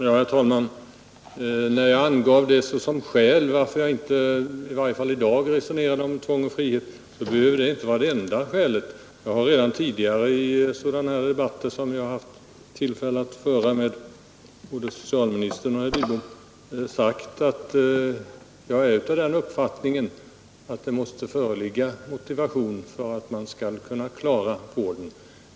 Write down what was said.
Herr talman! När jag angav de usla vårdresultaten som skäl för att jag i varje fall i dag inte ville resonera om tvång och frihet i vården, så behöver ju det inte vara det enda älet. Jag har redan tidigare i debatter, som jag har haft tillfälle att föra både med socialministern och med statsrådet Lidbom, sagt att jag är av den uppfattningen att det måste föreligga en motivation, om man skall kunna klara vården.